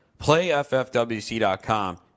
playffwc.com